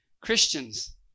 Christians